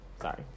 Sorry